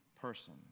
person